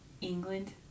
England